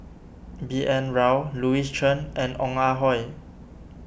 B N Rao Louis Chen and Ong Ah Hoi